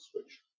switch